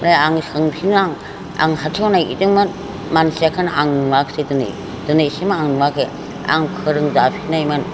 ओमफ्राय आं सोंफिनो आं आं हाथायाव नायगिरदोंमोन मानसियाखौनो आं नुआसै दिनै दिनैसिम आं नुआखै आं फोरोंजाफिननायमोन